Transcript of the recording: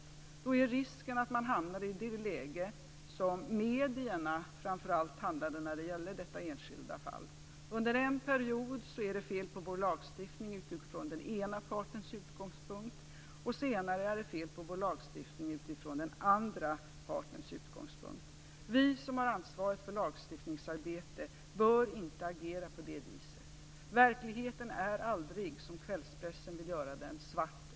Då finns risken att man hamnar i det läge som medierna gjorde när det gäller detta enskilda fall. Under en period sades att det var fel på vår lagstiftning från den ena partens utgångspunkt. Senare var det fel på vår lagstiftning från den andra partens utgångspunkt. Vi som har ansvaret för lagstiftningsarbetet bör inte agera på det viset. Verkligheten är aldrig svart eller vit, som kvällspressen vill göra den till.